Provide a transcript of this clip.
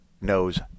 knows